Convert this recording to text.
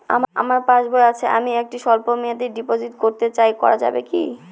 আমার পাসবই আছে আমি একটি স্বল্পমেয়াদি ডিপোজিট করতে চাই করা যাবে কি?